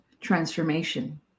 transformation